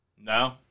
No